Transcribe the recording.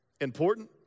important